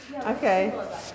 Okay